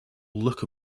look